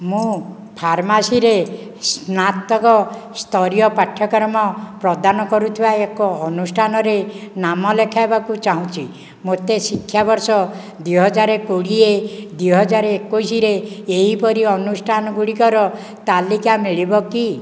ମୁଁ ଫାର୍ମାସିରେ ସ୍ନାତକ ସ୍ତରୀୟ ପାଠ୍ୟକ୍ରମ ପ୍ରଦାନ କରୁଥିବା ଏକ ଅନୁଷ୍ଠାନରେ ନାମ ଲେଖାଇବାକୁ ଚାହୁଁଛି ମୋତେ ଶିକ୍ଷାବର୍ଷ ଦୁଇ ହଜାର କୋଡ଼ିଏ ଦୁଇ ହଜାର ଏକୋଇଶିରେ ଏହିପରି ଅନୁଷ୍ଠାନଗୁଡ଼ିକର ତାଲିକା ମିଳିବ କି